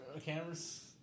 Cameras